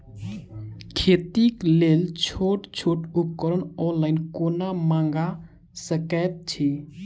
खेतीक लेल छोट छोट उपकरण ऑनलाइन कोना मंगा सकैत छी?